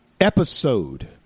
episode